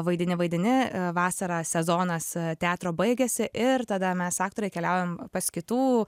vaidini vaidini vasarą sezonas teatro baigiasi ir tada mes aktoriai keliaujam pas kitų